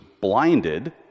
blinded